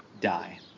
die